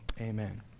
Amen